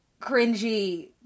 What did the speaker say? cringy